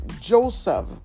Joseph